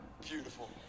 beautiful